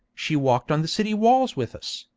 she walked on the city walls with us,